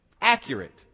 accurate